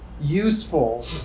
useful